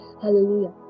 hallelujah